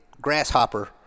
grasshopper